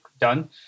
done